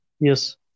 Yes